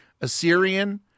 Assyrian